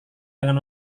dengan